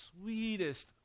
Sweetest